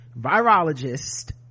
virologist